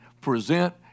present